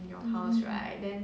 mm